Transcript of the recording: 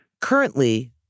Currently